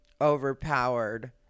overpowered